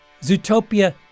Zootopia